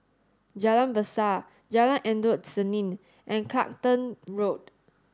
Jalan Besar Jalan Endut Senin and Clacton Road